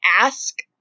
ask